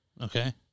Okay